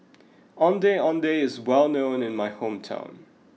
Ondeh Ondeh is well known in my hometown